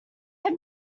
have